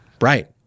Right